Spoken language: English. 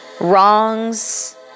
wrongs